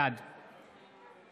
בעד